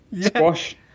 Squash